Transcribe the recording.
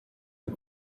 een